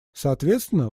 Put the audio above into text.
соответственно